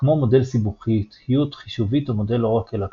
כמו מודל סיבוכיות חישובית או מודל אורקל אקראי.